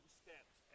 steps